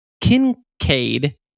Kincaid